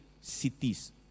cities